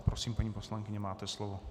Prosím, paní poslankyně, máte slovo.